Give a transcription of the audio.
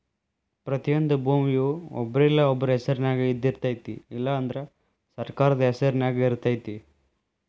ಪ್ರತಿಯೊಂದು ಭೂಮಿಯ ಒಬ್ರಿಲ್ಲಾ ಒಬ್ರ ಹೆಸರಿನ್ಯಾಗ ಇದ್ದಯಿರ್ತೈತಿ ಇಲ್ಲಾ ಅಂದ್ರ ಸರ್ಕಾರದ ಹೆಸರು ನ್ಯಾಗ ಇರ್ತೈತಿ